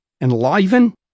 enliven